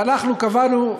ואנחנו קבענו,